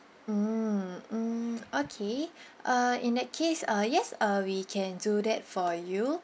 mm mm okay uh in that case uh yes uh we can do that for you